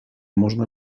można